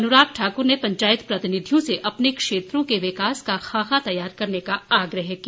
अनुराग ठाकुर ने पंचायत प्रतिनिधियों से अपने क्षेत्रों के विकास का खाका तैयार करने का आग्रह किया